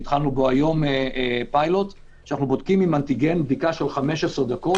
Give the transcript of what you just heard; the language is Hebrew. שהתחלנו בו פיילוט היום אנחנו בודקים עם אנטי גן בדיקה של 15 דקות.